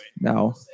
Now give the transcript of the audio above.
No